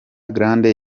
grande